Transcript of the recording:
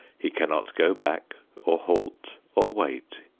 he cannot go back or halt or wait.